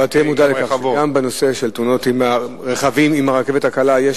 אבל תהיה מודע לכך שגם בנושא של תאונות רכבים עם הרכבת הקלה יש